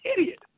idiot